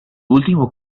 último